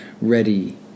ready